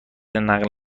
نقل